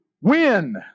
win